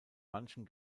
manchen